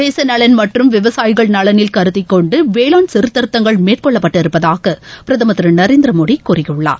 தேசநலன் மற்றும் விவசாயிகள் நலனை கருத்தில் கொண்டே வேளாண் சீர்திருத்தங்கள மேற்கொள்ள பட்டிருப்பதாக பிரதமர் திரு நரேந்திரமோடி கூறியுள்ளார்